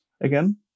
again